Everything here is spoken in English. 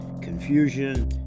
confusion